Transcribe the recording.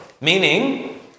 meaning